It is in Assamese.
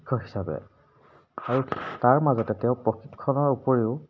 শিক্ষক হিচাপে আৰু তাৰ মাজতে তেওঁ প্ৰশিক্ষণৰ উপৰিও